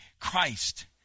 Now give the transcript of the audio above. Christ